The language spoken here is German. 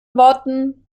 worten